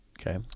Okay